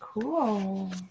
Cool